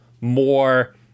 more